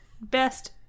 best